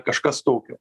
kažkas tokio